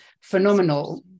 phenomenal